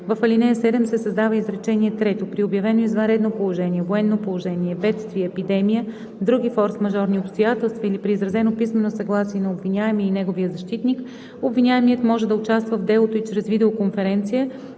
в ал. 7 се създава изречение трето: „При обявено извънредно положение, военно положение, бедствие, епидемия, други форсмажорни обстоятелства или при изразено писмено съгласие на обвиняемия и неговия защитник, обвиняемият може да участва в делото и чрез видеоконференция,